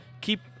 Keep